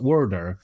Order